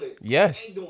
Yes